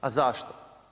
A zašto?